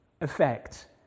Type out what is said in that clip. effect